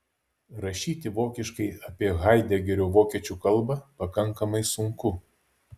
rašyti vokiškai apie haidegerio vokiečių kalbą pakankamai sunku